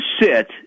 sit